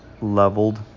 leveled